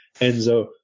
Enzo